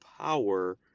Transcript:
power